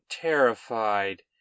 terrified